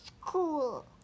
school